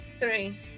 three